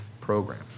program